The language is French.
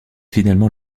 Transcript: finalement